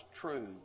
true